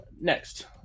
next